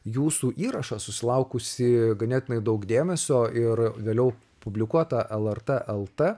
jūsų įrašą susilaukusį ganėtinai daug dėmesio ir vėliau publikuotą lrt lt